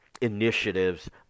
initiatives